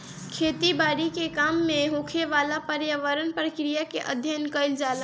खेती बारी के काम में होखेवाला पर्यावरण प्रक्रिया के अध्ययन कईल जाला